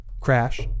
Crash